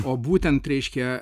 o būtent reiškia